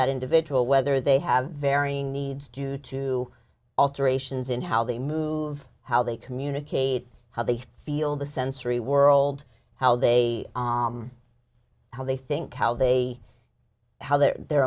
that individual whether they have varying needs due to alterations in how they move how they communicate how they feel the sensory world how they how they think how they how they're their